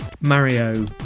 Mario